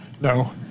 No